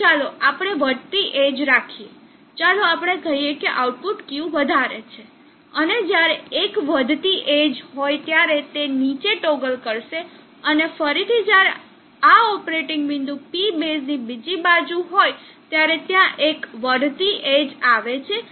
તો ચાલો આપણે વધતી એજ રાખીએ ચાલો આપણે કહીએ કે આઉટપુટ Q વધારે છે અને જ્યારે એક વધતી એજ હોય ત્યારે તે નીચે ટોગલ કરશે અને ફરીથી જ્યારે આ ઓપરેટિંગ બિંદુ P બેઝની બીજી બાજુ હોય ત્યારે ત્યાં એક વધતી એજ આવે છે